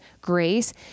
grace